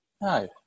No